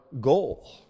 goal